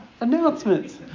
announcements